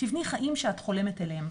תבני חיים שאת חולמת עליהם.